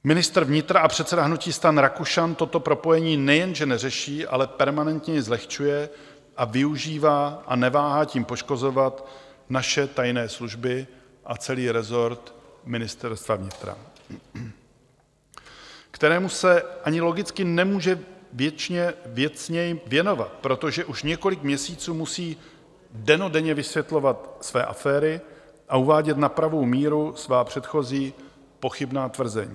Ministr vnitra a předseda hnutí STAN Rakušan toto propojení nejen že neřeší, ale permanentně jej zlehčuje a využívá a neváhá tím poškozovat naše tajné služby a celý rezort Ministerstva vnitra, kterému se ani logicky nemůže věcně věnovat, protože už několik měsíců musí dennodenně vysvětlovat své aféry a uvádět na pravou míru svá předchozí pochybná tvrzení.